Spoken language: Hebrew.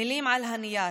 מילים על הנייר,